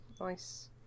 Nice